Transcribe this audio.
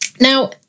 now